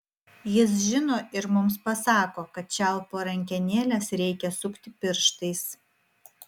jis žino ir mums pasako kad čiaupo rankenėles reikia sukti pirštais